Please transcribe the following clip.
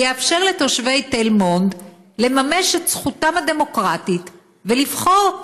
ויאפשר לתושבי תל מונד לממש את זכותם הדמוקרטית ולבחור?